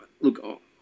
look